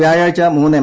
വ്യാഴാഴ്ച മൂന്ന് എം